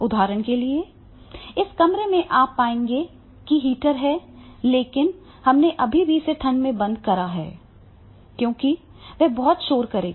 उदाहरण के लिए इस कमरे में आप पाएंगे कि हीटर वहाँ है लेकिन हमने इसे अभी भी ठंड में बंद कर दिया है क्योंकि वहाँ बहुत शोर होगा